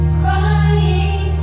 crying